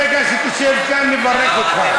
ברגע שתשב כאן, נברך אותך.